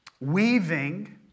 weaving